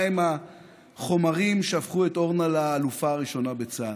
מהם החומרים שהפכו את אורנה לאלופה הראשונה בצה"ל,